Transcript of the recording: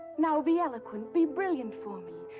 now, be eloquent. be brilliant for me.